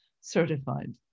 certified